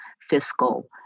fiscal